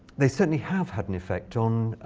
they certainly have had an effect on